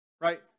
right